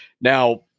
Now